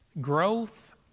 Growth